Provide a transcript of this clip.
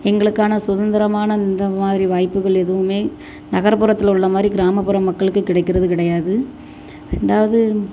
எங்களுக்கான சுதந்திரமான இந்த மாதிரி வாய்ப்புகள் எதுவுமே நகர்புறத்தில் உள்ள மாதிரி கிராமப்புற மக்களுக்கு கிடைக்கிறது கிடையாது ரெண்டாவது